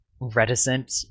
reticent